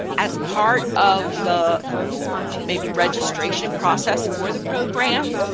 as part of the maybe registration process for the program,